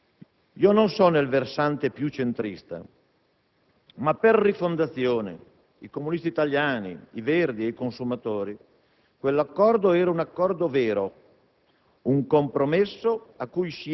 o era solo un passaggio tattico, una fase politica in cui faceva premio il prioritario e pur condivisibile obiettivo di vincere le elezioni e togliere il Governo al centro-destra?